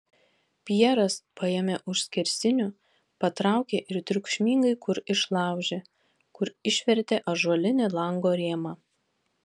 pjeras paėmė už skersinių patraukė ir triukšmingai kur išlaužė kur išvertė ąžuolinį lango rėmą